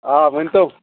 آ ؤنۍتَو